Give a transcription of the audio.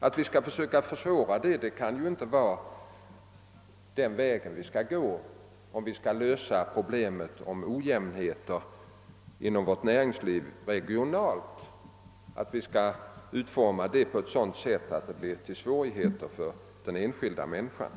Att försöka försvåra detta kan inte vara den väg vi skall gå, om vi skall lösa problemet med regionala ojämnheter inom vårt näringsliv. Åtgärderna bör inte utformas på ett sådant sätt att de skapar svårigheter för den enskilda människan.